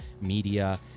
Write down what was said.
Media